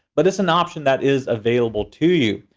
but it's an option that is available to you.